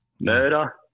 murder